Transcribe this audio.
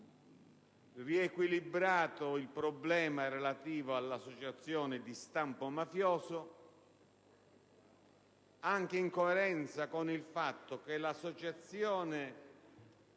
riequilibrato il problema relativo all'associazione di stampo mafioso, anche in coerenza con il trattamento di